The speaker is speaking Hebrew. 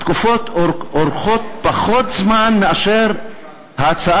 התקופות אורכות פחות זמן מאשר בהצעה